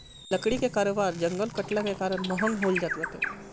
लकड़ी कअ कारोबार जंगल कटला के कारण महँग होत जात बाटे